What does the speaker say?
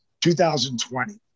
2020